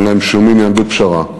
אין להם שום עניין בפשרה,